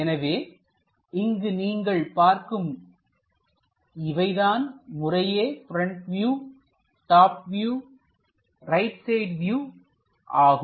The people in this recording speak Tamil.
எனவே இங்கு நீங்கள் பார்க்கும் இவைதான் முறையே front view top view right side view ஆகும்